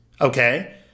okay